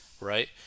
Right